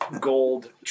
gold